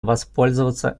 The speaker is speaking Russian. воспользоваться